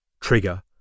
Trigger